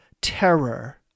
terror